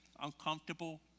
uncomfortable